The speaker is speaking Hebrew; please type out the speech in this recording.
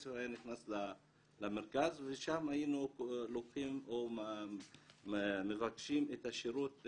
הכסף היה נכנס למרכז ושם היינו לוקחים או מבקשים את השירות,